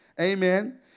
Amen